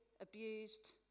abused